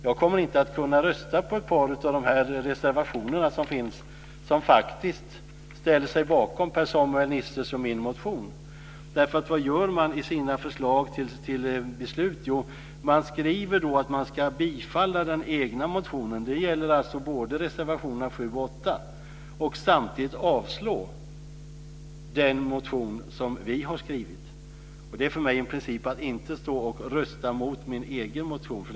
Jag kommer inte att kunna rösta på ett par av de här reservationerna, som finns, som faktiskt ställer sig bakom Per-Samuel Nissers och min motion därför att man i sina förslag till beslut skriver att man ska bifalla sina egna motioner. Det gäller alltså både reservation 7 och 8. Samtidigt avslår man den motion som vi har skrivit. Det är för mig en princip att inte stå och rösta mot min egen motion.